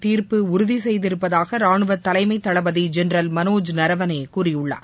தீர்ப்பு உறுதி செய்திருப்பதாக ரானுவ தலைமைத் தளபதி ஜெனரல் மனோஜ் நரவனே கூறியுள்ளார்